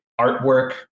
artwork